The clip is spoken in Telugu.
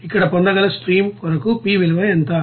ఇక్కడ పొందగల స్ట్రీమ్ కొరకు P విలువ ఎంత